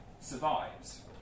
survives